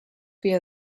via